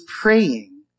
praying